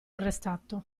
arrestato